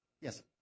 Yes